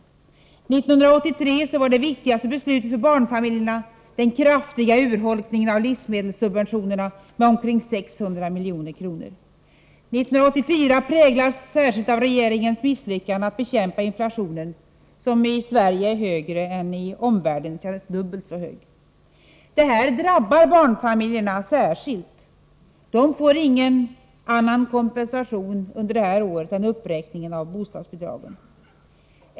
1983 var det viktigaste beslutet som rörde barnfamiljerna den kraftiga urholkningen av livsmedelssubventionerna med omkring 600 milj.kr. 1984 präglas särskilt av regeringens misslyckande att bekämpa inflationen, som i Sverige är dubbelt så hög som i omvärlden. Det drabbar särskilt barnfamiljerna. De får ingen annan kompensation under detta år än uppräkningen av bostadsbidragen.